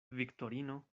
viktorino